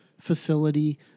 facility